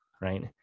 right